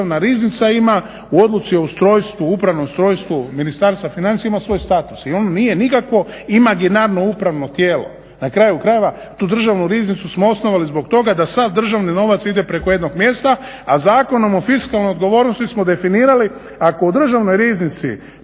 Državna riznica ima u Odluci o ustrojstvu, upravnom ustrojstvu Ministarstva financija ima svoj status. I on nije nikakvo imaginarno upravno tijelo. Na kraju krajeva tu Državnu riznicu smo osnovali zbog toga da sav državni novac ide preko jednog mjesta, a Zakonom o fiskalnoj odgovornosti smo definirali ako u Državnoj riznici